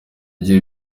gihe